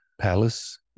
palace